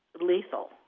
lethal